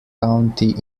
county